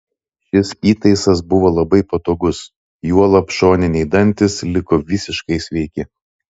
šis įtaisas buvo labai patogus juolab šoniniai dantys liko visiškai sveiki